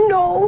no